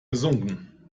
gesunken